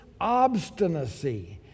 obstinacy